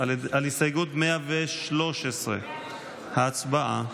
על הסתייגות 113. הצבעה.